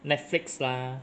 Netflix lah